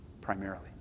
primarily